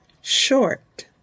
Short